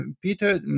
Peter